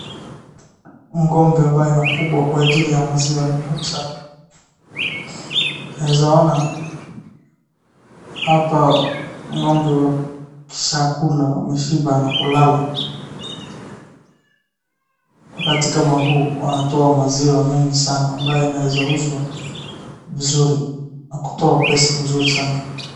Ng'ombe ambayo inafugwa kwa maziwa ni muhimu sana. Naweza ona hapa ng'ombe ashakula, ameshiba na kulala. Wakati kama huu wanatoa maziwa mingi sana ambayo inaweza uzwa vizuri na kutoa pesa mzuri sana.